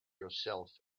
yourself